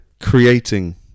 creating